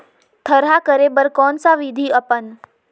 थरहा करे बर कौन सा विधि अपन?